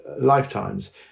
lifetimes